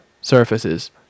Surfaces